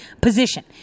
position